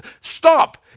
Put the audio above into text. Stop